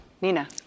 Nina